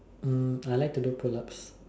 I like to do pull ups